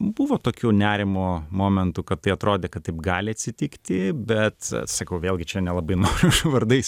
buvo tokių nerimo momentų kad tai atrodė kad taip gali atsitikti bet sakau vėlgi čia nelabai noriu vardais